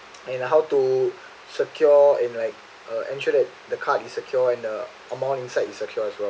and how to secure in like a ensure that the card you secure and the amount inside is secure as well